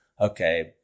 okay